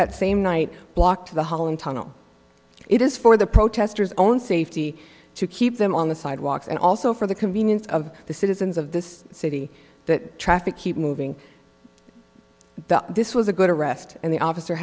that same night blocked the holland tunnel it is for the protesters own safety to keep them on the sidewalks and also for the convenience of the citizens of this city that traffic keep moving the this was a good arrest and the officer